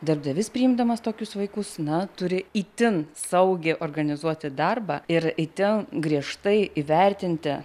darbdavys priimdamas tokius vaikus na turi itin saugiai organizuoti darbą ir itin griežtai įvertinti